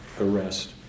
arrest